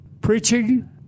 preaching